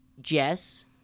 Jess